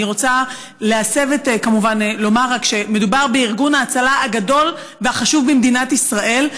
אני רוצה לומר רק שמדובר בארגון ההצלה הגדול והחשוב במדינת ישראל,